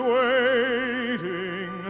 waiting